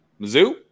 Mizzou